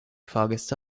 fahrgäste